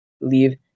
leave